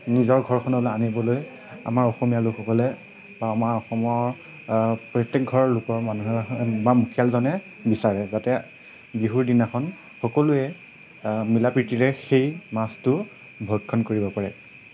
নিজৰ ঘৰখনলৈ আনিবলৈ আমাৰ অসমীয়া লোকসকলে বা আমাৰ অসমৰ প্ৰত্যেক ঘৰ লোকৰ মানুহে বা মুখিয়ালজনে বিচাৰে যাতে বিহুৰ দিনাখন সকলোৱে মিলা প্ৰীতিৰে সেই মাছটো ভক্ষণ কৰিব পাৰে